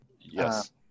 Yes